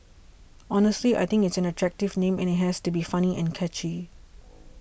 honestly I think it's an attractive name and it has to be funny and catchy